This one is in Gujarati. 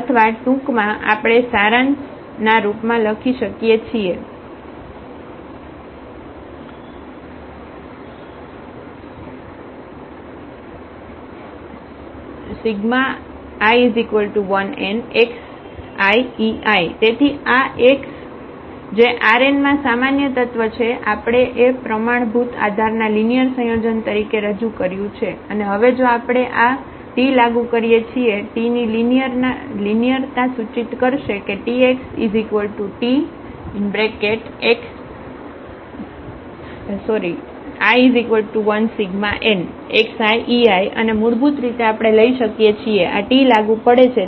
અથવા ટૂંકમાં આપણે સારાંશ ના રૂપમાં લખી શકીએ છીએ કેi1nxiei તેથી આ x જે Rn માં સામાન્ય તત્વ છે આપણે તે પ્રમાણભૂત આધારના લિનિયર સંયોજન તરીકે રજૂ કર્યું છે અને હવે જો આપણે આ t લાગુ કરીએ છીએ t ની લિનિયરતા સૂચિત કરશે કે TxTi1nxieiઅને મૂળભૂત રીતે આપણે લઈ શકીએ છીએ આ t લાગુ પડે છે